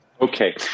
Okay